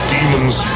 Demons